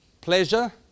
pleasure